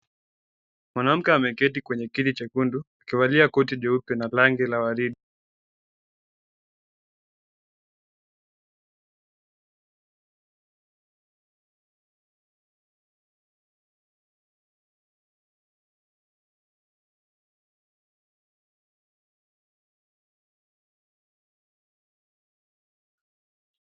Mwanamke amekati katika kiti chekundu, akivalia koti jeupe na rangi la waridi,